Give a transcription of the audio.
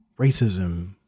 racism